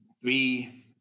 three